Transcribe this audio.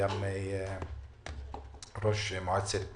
וראש מועצת